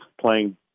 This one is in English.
playing